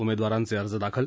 उमेदवारांचे अर्ज दाखल